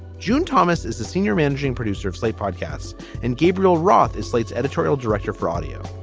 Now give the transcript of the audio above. june thomas is the senior managing producer of slate podcasts and gabriel roth is slate's editorial director for audio.